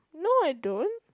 no I don't